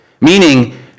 meaning